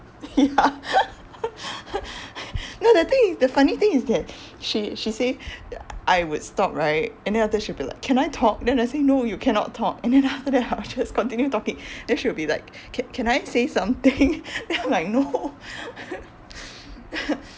ya no the thing is the funny thing is that she she say I would stop right and then after that she will be like can I talk then I say no you cannot talk and then after that I'll just continue talking then she will be like can can I say something then I'm like no